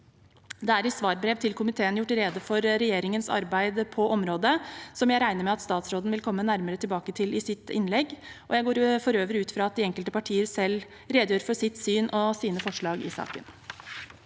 Det er i svarbrev til komiteen gjort rede for regjeringens arbeid på området, noe jeg regner med at statsråden vil komme nærmere tilbake til i sitt innlegg. Jeg går for øvrig ut fra at de enkelte partier selv redegjør for sitt syn og sine forslag i saken.